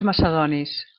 macedonis